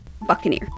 buccaneer